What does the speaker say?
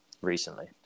recently